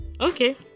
Okay